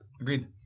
Agreed